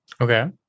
Okay